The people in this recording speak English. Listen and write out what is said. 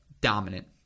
dominant